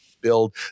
build